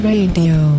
Radio